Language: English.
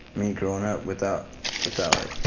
me growing up without without like